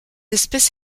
espèce